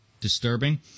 disturbing